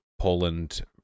Poland